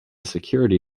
security